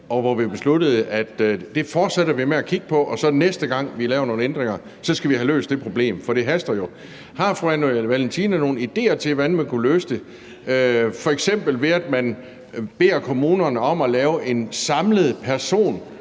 og hvor vi besluttede, at det fortsætter vi med at kigge på. Og så næste gang, vi laver nogle ændringer, skal vi have løst det problem, for det haster jo. Har fru Anna Valentina Berthelsen nogle idéer til, hvordan man kunne løse det? Kunne det f.eks. være ved, at man beder kommunerne om at lave en samlet